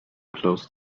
close